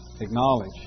acknowledge